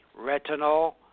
retinol